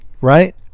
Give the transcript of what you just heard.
right